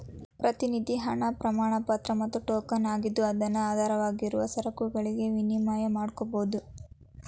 ಪ್ರತಿನಿಧಿ ಹಣ ಪ್ರಮಾಣಪತ್ರ ಮತ್ತ ಟೋಕನ್ ಆಗಿದ್ದು ಅದನ್ನು ಆಧಾರವಾಗಿರುವ ಸರಕುಗಳಿಗೆ ವಿನಿಮಯ ಮಾಡಕೋಬೋದು